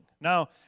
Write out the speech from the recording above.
Now